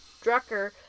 Drucker